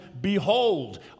behold